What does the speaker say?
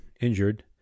injured